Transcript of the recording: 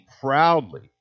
proudly